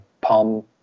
Palm